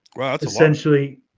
essentially